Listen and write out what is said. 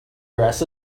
dress